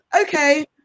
okay